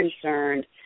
concerned